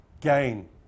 Gain